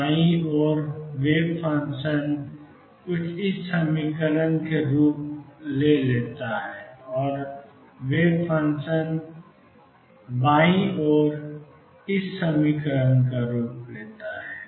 दाईं ओर wave function e 2m2V0 Ex के रूप में जाता है बाईं ओर वेव फंक्शन e2m2V0 Ex के रूप में जाता है